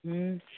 ꯎꯝ